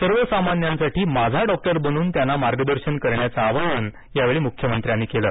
सर्वसामान्यांसाठी माझा डॉक्टर बनून त्यांना मार्गदर्शन करण्याचं आवाहन यावेळी मुख्यमंत्र्यांनी केलं